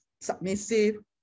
submissive